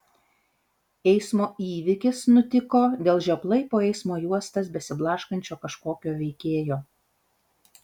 eismo įvykis nutiko dėl žioplai po eismo juostas besiblaškančio kažkokio veikėjo